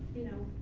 you know,